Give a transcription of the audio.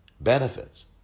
benefits